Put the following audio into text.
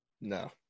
No